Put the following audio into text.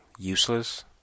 useless